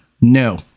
no